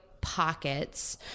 pockets